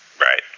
Right